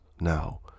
now